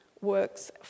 works